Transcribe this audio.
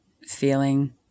feeling